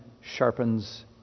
sharpens